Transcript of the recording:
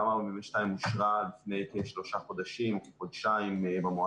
תמ"א/42 אושרה לפני כחודשיים-שלושה חודשים במועצה